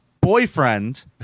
boyfriend